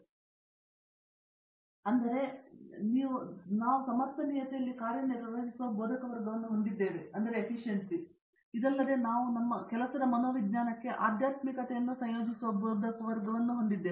ಆದ್ದರಿಂದ ನಾವು ಸಮರ್ಥನೀಯತೆಯಲ್ಲಿ ಕಾರ್ಯನಿರ್ವಹಿಸುವ ಬೋಧಕವರ್ಗವನ್ನು ಹೊಂದಿದ್ದೇವೆ ಇದಲ್ಲದೆ ನಾವು ನಮ್ಮ ಕೆಲಸದ ಮನೋವಿಜ್ಞಾನಕ್ಕೆ ಆಧ್ಯಾತ್ಮಿಕತೆಯನ್ನು ಸಂಯೋಜಿಸುತ್ತಿದ್ದ ಬೋಧಕವರ್ಗವನ್ನು ಹೊಂದಿದ್ದೇವೆ